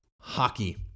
hockey